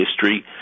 history